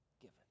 given